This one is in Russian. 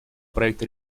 проекта